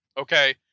okay